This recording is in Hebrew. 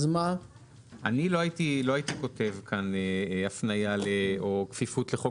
אני לא הייתי כותב כאן הפניה או כפיפות לחוק